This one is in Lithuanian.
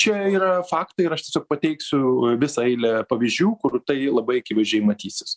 čia yra faktai ir aš tiesiog pateiksiu visą eilę pavyzdžių kur tai labai akivaizdžiai matysis